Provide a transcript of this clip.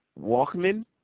Walkman